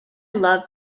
love